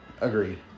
Agreed